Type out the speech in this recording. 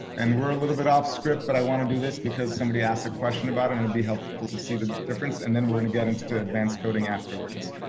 and we're a little bit off script. but i wanna do this because somebody asked a question about it, it'd and and be helpful to see the difference. and then we're going to get into advanced coding afterwards.